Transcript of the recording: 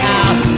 out